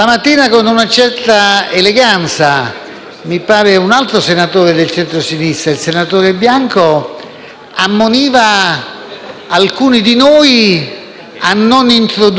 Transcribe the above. alcuni di noi a non introdurre la cura di Stato. Facciamo nostra questa preoccupazione,